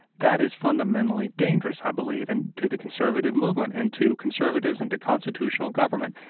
that is fundamentally dangerous, i believe, and to the conservative movement and to conservatives and to constitutional government.